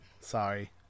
Sorry